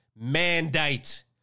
mandate